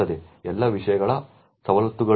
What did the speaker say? ಎಲ್ಲಾ ವಿಷಯಗಳ ಸವಲತ್ತುಗಳು